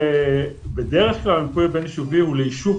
בדרך כלל מיפוי בין-יישובי הוא ליישוב